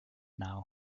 now